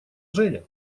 женя